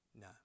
No